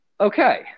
okay